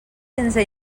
sense